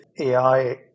AI